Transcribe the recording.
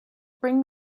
bring